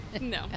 No